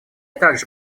также